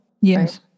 Yes